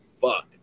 fuck